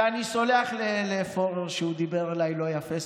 ואני סולח לפורר שהוא דיבר אליי לא יפה.